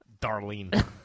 Darlene